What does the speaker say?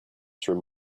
through